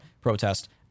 protest